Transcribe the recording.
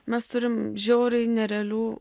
mes turim žiauriai nerealių